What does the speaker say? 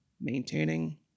maintaining